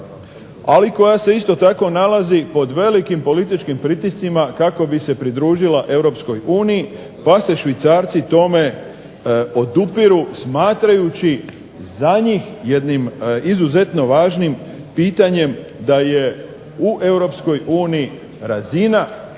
ali koja se isto tako nalazi pod velikim političkim pritiscima kako bi se pridružila EU pa se Švicarci tome odupiru smatrajući za njih jednim izuzetno važnim pitanjem da je u EU razina